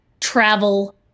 travel